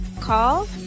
call